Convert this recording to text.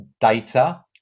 data